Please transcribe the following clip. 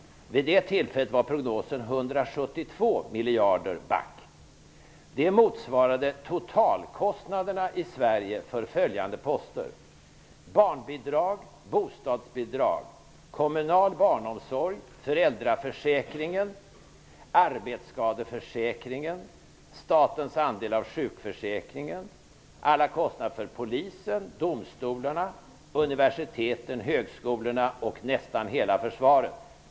Vid det aktuella tillfället var prognosen att vi gick back med 172 Sverige för följande poster: barnbidrag, bostadsbidrag, kommunal barnomsorg, föräldraförsäkring, arbetsskadeförsäkring och statens andel av sjukförsäkringen. Vidare gällde det alla kostnader för polisen, domstolarna, universiteten, högskolorna och nästan hela försvaret.